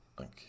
Okay